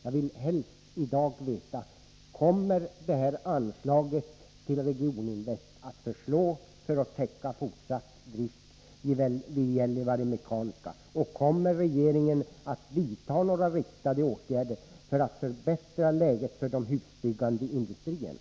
Jag vill i dag helst veta: Kommer det här anslaget till Regioninvest att förslå för att täcka fortsatt drift vid Gällivare Mekaniska? Kommer regeringen att vidta några riktade åtgärder för att förbättra läget för de husbyggande industrierna?